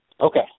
Okay